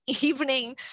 evening